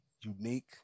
unique